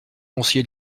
conseillé